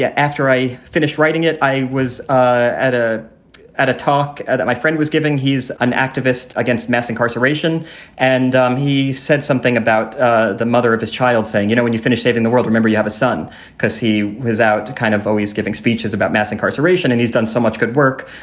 yeah after i finished writing it, i was ah at a at a talk that my friend was giving. he's an activist against mass incarceration and um he said something about ah the mother of his child saying, you know, when you finish saving the world, remember, you have a son because he was out to kind of always giving speeches about mass incarceration. and he's done so much good work.